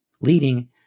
leading